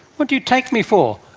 what do you take me for,